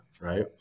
Right